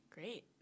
Great